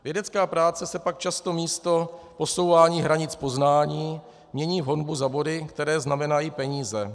Vědecká práce se pak často místo posouvání hranic poznání mění v honbu za body, které znamenají peníze.